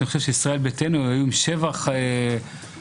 אני חושב שישראל ביתנו היו עם שבעה חברים,